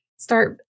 Start